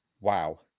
Wow